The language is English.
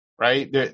right